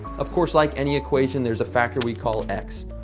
of course like any equation there's a factor we call x.